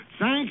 thank